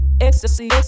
ecstasy